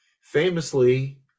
famously